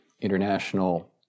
international